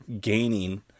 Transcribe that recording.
gaining